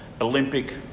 Olympic